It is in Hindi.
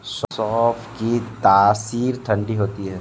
सौंफ की तासीर ठंडी होती है